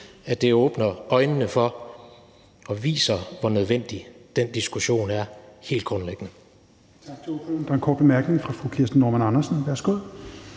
at det åbner øjnene for og viser, hvor nødvendig den diskussion helt grundlæggende